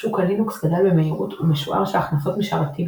שוק הלינוקס גדל במהירות ומשוער שההכנסות משרתים,